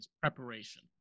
preparation